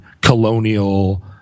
colonial